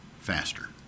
faster